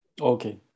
okay